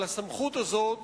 אבל הסמכות הזאת